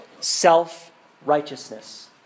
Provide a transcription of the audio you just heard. Self-righteousness